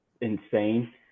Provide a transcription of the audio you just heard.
insane